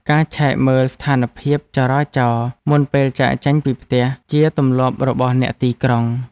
ការឆែកមើលស្ថានភាពចរាចរណ៍មុនពេលចាកចេញពីផ្ទះ ជាទម្លាប់របស់អ្នកទីក្រុង។